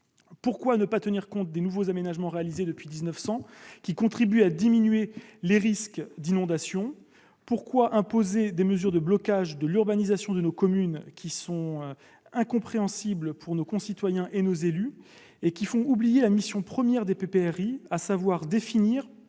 Pourquoi ne pas tenir compte des nouveaux aménagements réalisés depuis 1900 qui contribuent à diminuer les risques d'inondations ? Pourquoi imposer des mesures de blocage de l'urbanisation de nos communes qui sont incompréhensibles pour nos concitoyens et nos élus et font oublier la mission première des PPRI, à savoir définir